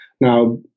now